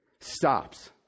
stops